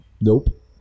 Nope